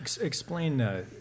Explain